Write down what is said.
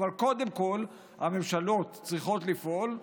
אבל קודם כול הממשלות צריכות לפעול.